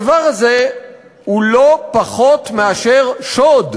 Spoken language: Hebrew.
הדבר הזה הוא לא פחות משוד.